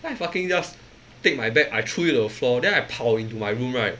then I fucking just take my bag I threw it to the floor then I 跑 into my room right